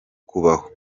kubaho